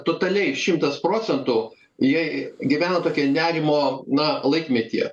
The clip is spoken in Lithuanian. totaliai šimtas procentų jei gyvena tokioj nerimo na laikmetyje